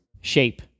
Shape